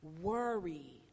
worry